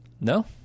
No